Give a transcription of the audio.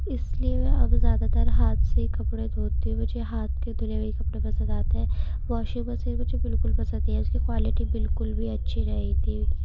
اس لیے میں اب زیادہ تر ہاتھ سے ہی کپڑے دھوتی ہوں مجھے ہاتھ کے دھلے ہوئے کپڑے پسند آتے ہیں واشنگ مشین میں مجھے بالکل پسند نہیں ہے اس کی کوائلٹی بالکل بھی اچھی نہیں تھی